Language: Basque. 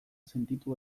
sentitu